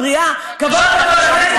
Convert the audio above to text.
ברור,